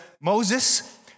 Moses